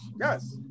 Yes